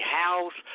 house